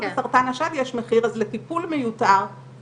לאורך השנים יש ירידה מתמדת,